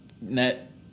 net